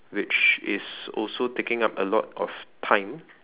which is also taking up a lot of time